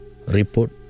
Report